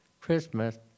Christmas